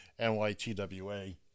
NYTWA